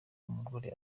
umugore